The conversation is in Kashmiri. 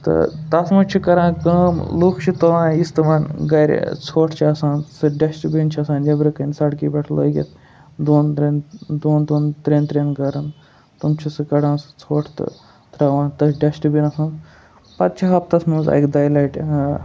تہٕ تَتھ منٛز چھِ کَران کٲم لُکھ چھِ تُلان یُس تِمَن گَرِ ژھۄٹھ چھِ آسان سُہ ڈٮ۪سٹٕبیٖن چھِ آسان نٮ۪برٕکَنۍ سڑکہِ پٮ۪ٹھ لٔگِتھ دۄن ترٛٮ۪ن دۄن دوٚن ترٛٮ۪ن ترٛٮ۪ن گَرَن تم چھِ سُہ کَڑان سُہ ژھۄٹھ تہٕ ترٛاوان تٔتھۍ ڈٮ۪سٹٕبیٖنَس منٛز پَتہٕ چھِ ہفتَس منٛز اَکہِ دۄیہِ لَٹہِ